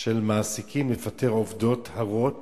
של מעסיקים לפטר עובדות הרות